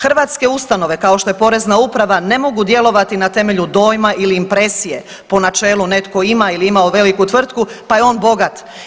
Hrvatske ustanove, kao što je Porezna uprava ne mogu djelovati na temelju dojma ili impresije, po načelu netko ima ili je imao veliku tvrtku pa je on bogat.